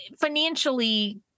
financially